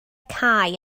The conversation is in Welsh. cau